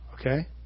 okay